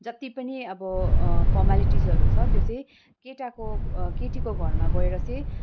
जति पनि अब फर्म्यालिटीसहरू छ त्यो चाहिँ केटाको केटीको घरमा गएर चाहिँ